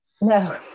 No